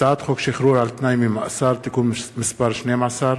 הצעת חוק שחרור על-תנאי ממאסר (תיקון מס' 12),